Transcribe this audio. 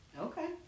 Okay